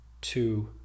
two